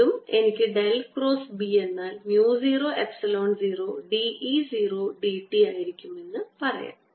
വീണ്ടും എനിക്ക് del cross B എന്നാൽ mu 0 epsilon 0 d E 0 d t ആയിരിക്കുമെന്ന് എന്ന് പറയാം